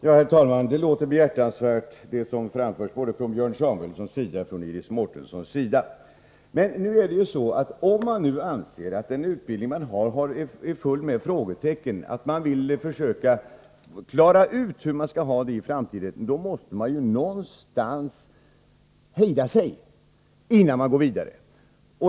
Herr talman! Både det som framförs av Björn Samuelson och av Iris Mårtensson låter behjärtansvärt. Men om man anser att den utbildning som finns är full med frågetecken och att man vill försöka klara ut hur man skall ha det i framtiden, måste man hejda sig någonstans, innan man går vidare.